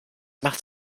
macht